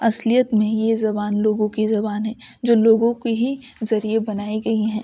اصلیت میں یہ زبان لوگوں کی زبان ہے جو لوگوں کے ہی ذریعے بنائی گئی ہیں